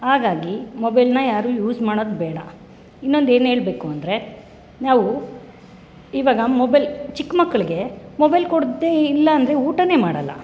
ಹಾಗಾಗಿ ಮೊಬೆಲ್ನ ಯಾರು ಯೂಸ್ ಮಾಡೋದು ಬೇಡ ಇನ್ನೊಂದು ಏನು ಹೇಳಬೇಕು ಅಂದರೆ ನಾವು ಇವಾಗ ಮೊಬೆಲ್ ಚಿಕ್ಕ ಮಕ್ಕಳಿಗೆ ಮೊಬೆಲ್ ಕೊಡದೇ ಇಲ್ಲ ಅಂದರೆ ಊಟನೇ ಮಾಡಲ್ಲ